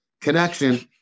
connection